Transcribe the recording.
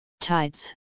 tides